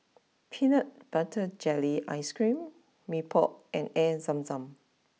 Peanut Butter Jelly Ice cream Mee Pok and Air Zam Zam